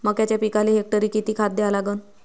मक्याच्या पिकाले हेक्टरी किती खात द्या लागन?